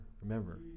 remember